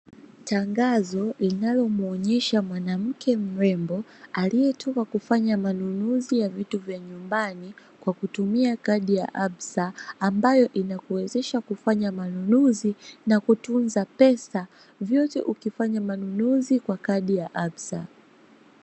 Tangazo linalomuonyesha mwanamke mrembo aliyetumwa kufanya manunuzi ya vitu vya nyumbani kwa kutumia kadi ya ¨absa¨ ambayo inakuwezesha kufanya manunuzi na kutunza pesa vyote ukifanya manunuzi kwa kadi ya ¨absa¨.